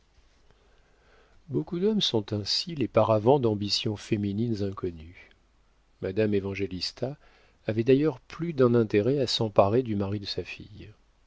beaucoup d'hommes sont ainsi les paravents d'ambitions féminines inconnues madame évangélista avait d'ailleurs plus d'un intérêt à s'emparer du mari de sa fille